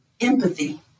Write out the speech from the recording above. Empathy